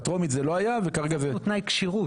בטרומית זה לא היה וכרגע זה --- זה תנאי כשירות.